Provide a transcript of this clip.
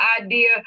idea